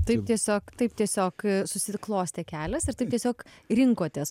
taip tiesiog taip tiesiog susiklostė kelias ir taip tiesiog rinkotės